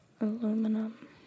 Aluminum